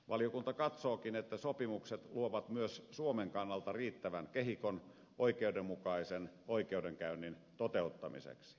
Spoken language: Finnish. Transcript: valiokunta katsookin että sopimukset luovat myös suomen kannalta riittävän kehikon oikeudenmukaisen oikeudenkäynnin toteuttamiseksi